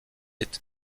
été